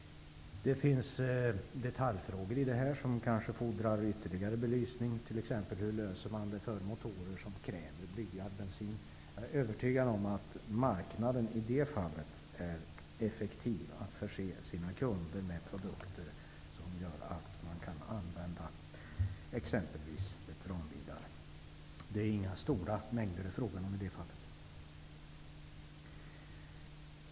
Det finns i detta sammanhang detaljfrågor som kanske fordrar ytterligare belysning, exempelvis hur man skall lösa problemet med de motorer som kräver blyad bensin. Jag är övertygad om att marknaden i det fallet är effektiv med att förse sina kunder med produkter som gör att man kan använda exempelvis veteranbilar. Det är i detta fall inga stora mängder som det är fråga om.